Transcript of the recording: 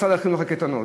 ממשרד החינוך לקייטנות.